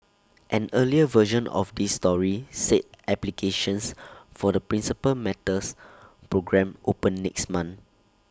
an earlier version of this story said applications for the Principal Matters programme open next month